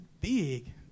big